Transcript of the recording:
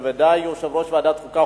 בוודאי יושב-ראש ועדת החוקה,